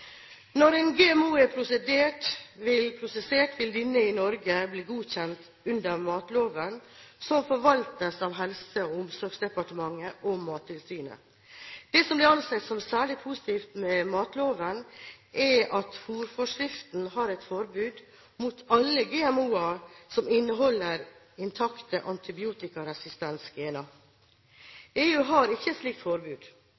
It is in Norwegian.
Når en GMO er prosessert, vil denne i Norge bli godkjent under matloven, som forvaltes av Helse- og omsorgsdepartementet og Mattilsynet. Det som blir ansett som særlig positivt med matloven, er at fôrforskriften har et forbud mot alle GMO-er som inneholder intakte antibiotikaresistensgener. EU har ikke et slikt forbud.